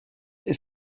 est